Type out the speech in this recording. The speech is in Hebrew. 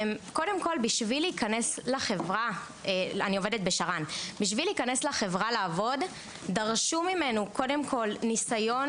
בשביל להיכנס לחברה אני עובדת בשר"ן - לעבוד דרשו מאתנו ניסיון